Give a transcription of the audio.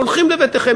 הולכים לבתיכם,